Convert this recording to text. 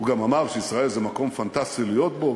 הוא גם אמר שישראל זה מקום פנטסטי להיות בו,